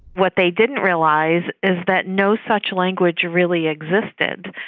what they didn't realize is that no such language really existed.